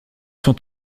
sont